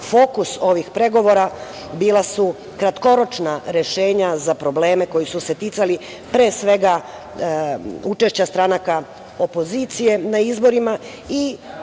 fokus ovih pregovora bila su kratkoročna rešenja za probleme koji su se ticali pre svega učešća stranaka opozicije na izborima